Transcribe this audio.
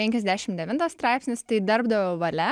penkiasdešim devintas straipsnis tai darbdavio valia